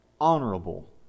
honorable